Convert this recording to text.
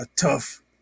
tough